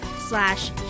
slash